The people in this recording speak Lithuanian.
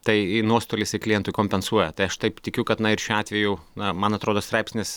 tai nuostolius jie klientui kompensuoja tai aš taip tikiu kad na ir šiuo atveju na man atrodo straipsnis